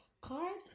card